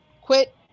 quit